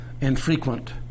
infrequent